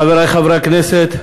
חברי חברי הכנסת,